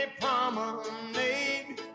promenade